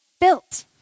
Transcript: built